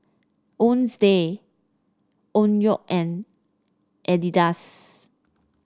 Owns day Onkyo and Adidas